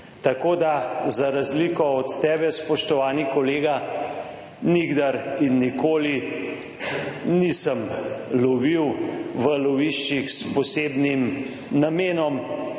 Tako, da za razliko od tebe, spoštovani kolega, nikdar in nikoli nisem lovil v loviščih s posebnim namenom,